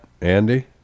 Andy